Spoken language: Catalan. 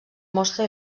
mostra